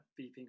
beeping